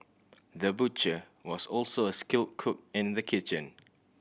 the butcher was also a skilled cook in the kitchen